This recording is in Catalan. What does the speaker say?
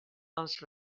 els